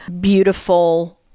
beautiful